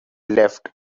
left